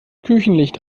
küchenlicht